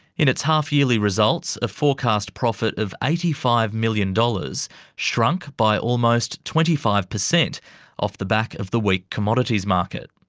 in its half yearly results, a forecast profit of eighty five million dollars shrunk by almost twenty five percent off the back of the weak commodities market.